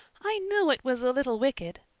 i knew it was a little wicked,